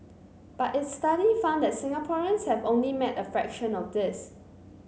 but its study found that Singaporeans have only met a fraction of this